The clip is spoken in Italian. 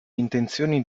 intenzioni